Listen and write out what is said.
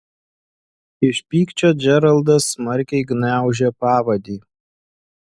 iš pykčio džeraldas smarkiai gniaužė pavadį